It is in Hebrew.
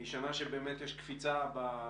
היא שנה שיש קפיצה במספרים.